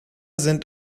sind